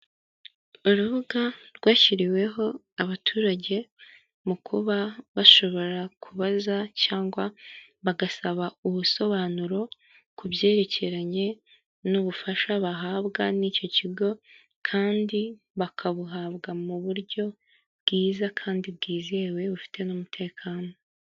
Urubuga rwashyiriweho abaturage mu kuba bashobora kubaza cyangwa bagasaba ubusobanuro ku byerekeranye n'ubufasha bahabwa n'icyo kigo kandi bakabuhabwa mu buryo bwiza kandi bwizewe bufite n'umutekano.